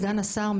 סגן השר,